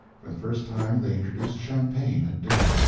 for the first time they introduced champagne at dinner.